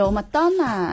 Madonna